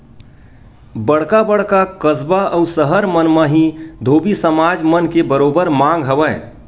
बड़का बड़का कस्बा अउ सहर मन म ही धोबी समाज मन के बरोबर मांग हवय